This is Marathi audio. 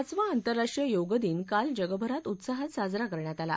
पाचवा आंतराष्ट्रीय योग दिन काल जगभरात उत्सहात साजरा करण्यात आला